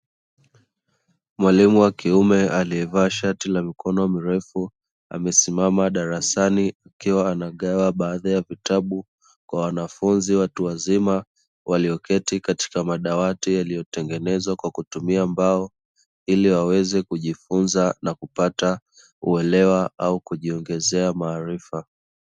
Mwalimu wa kiume aliyevaa shati la mikono mirefu amesimama darasani ukiwa anagawa baadhi ya vitabu kwa wanafunzi watu wazima walioketi katika madawati yaliyotengenezwa kwa kutumia mbao ili waweze kujifunza na kupata uelewa au kujiongezea maarifa.